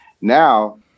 Now